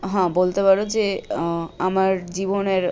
হাঁ বলতে পারো যে আমার জীবনের